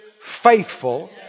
faithful